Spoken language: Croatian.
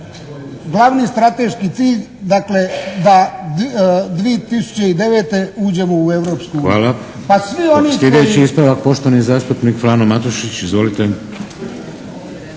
glavni strateški cilj, dakle da 2009. uđemo u Europsku uniju?